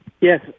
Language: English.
Yes